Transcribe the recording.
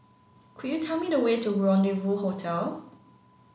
could you tell me the way to Rendezvous Hotel